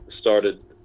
started